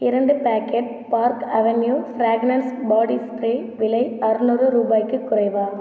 இரண்டு packet park avenue fragrance body spray விலை அறுநூறு ரூபாய்க்குக் குறைவா